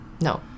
No